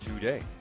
today